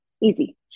Easy